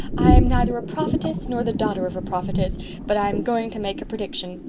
i'm neither a prophetess nor the daughter of a prophetess but i'm going to make a prediction.